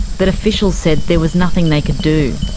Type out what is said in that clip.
but officials said there was nothing they could do.